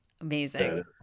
Amazing